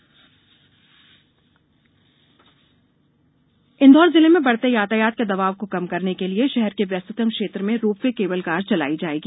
ropeway cable car Indore जिले में बढ़ते यातायात के दबाव को कम करने के लिए शहर के व्यस्ततम क्षेत्र में रोपवे केबल कार चलायी जाएगी